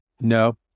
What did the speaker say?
No